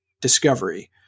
Discovery